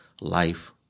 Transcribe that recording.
life